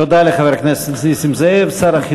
תודה לחבר הכנסת נסים זאב.